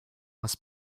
must